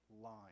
line